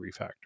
refactor